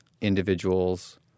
individuals